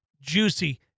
juicy